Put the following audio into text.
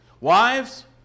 Wives